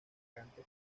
cante